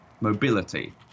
mobility